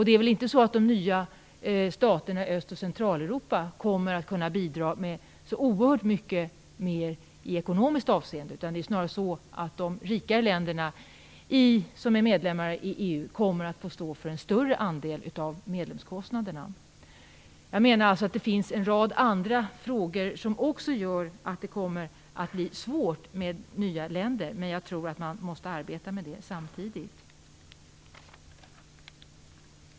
Det är väl inte så att de nya staterna i Öst och Centraleuropa kommer att kunna bidra med så oerhört mycket mer i ekonomiskt avseende, utan det är snarast så att de rikare länderna som är medlemmar i EU kommer att få stå för en större andel av medlemskostnaderna. Jag menar alltså att det finns en rad andra frågor som också gör att det kommer att bli svårt med nya länder, men jag tror att man måste arbeta med det samtidigt.